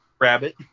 Rabbit